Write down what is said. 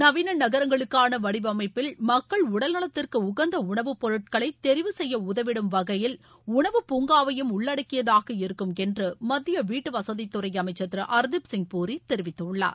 நவீன நகரங்களுக்கான வடிவமைப்பில் மக்கள் உடல்நலத்திற்கு உகந்த உணவுப் பொருட்களை தெரிவு செய்ய உதவிடும் வகையில் உணவு பூங்காவையும் உள்ளடக்கியதாக இருக்கும் என்று மத்திய வீட்டு வசதித்துறை அமைச்சர் திரு ஹர்தீப் சிங் பூரி தெரிவித்துள்ளார்